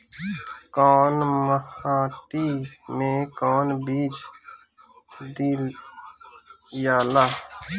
कौन माटी मे कौन बीज दियाला?